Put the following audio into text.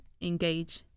engage